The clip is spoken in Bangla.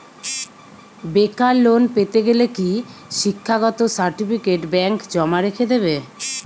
বেকার লোন পেতে গেলে কি শিক্ষাগত সার্টিফিকেট ব্যাঙ্ক জমা রেখে দেবে?